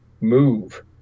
move